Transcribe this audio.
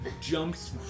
Jumps